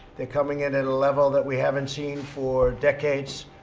they're coming in at a level that we haven't seen for decades.